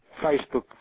Facebook